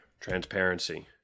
transparency